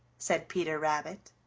said peter rabbit.